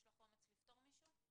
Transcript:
יש לך אומץ לפטור מישהו?